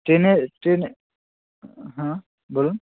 ট্রেনে ট্রেনে হ্যাঁ বলুন